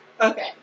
Okay